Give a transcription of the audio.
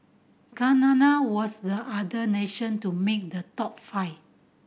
Canada was the other nation to make the top five